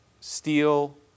steel